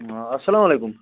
آ اسلام علیکُم